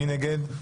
מי נגד?